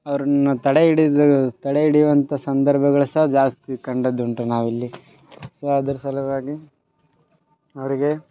ಅವರನ್ನ ತಡೆಹಿಡಿದು ತಡೆಹಿಡಿಯುವಂಥ ಸಂದರ್ಭಗಳು ಸಾ ಜಾಸ್ತಿ ಕಂಡದುಂಟು ನಾವಿಲ್ಲಿ ಸೊ ಅದ್ರ ಸಲುವಾಗಿ ಅವರಿಗೆ